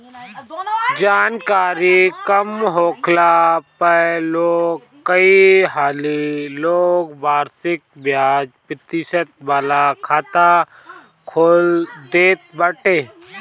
जानकरी कम होखला पअ लोग कई हाली लोग वार्षिक बियाज प्रतिशत वाला खाता खोल देत बाटे